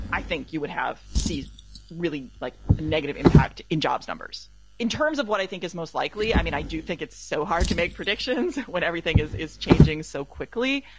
i think you would have seen really like a negative impact in jobs numbers in terms of what i think is most likely. i mean, i do think it's so hard to make predictions when everything is is changing so quickly.